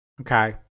Okay